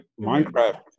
Minecraft